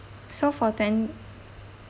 so for twen~